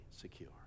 secure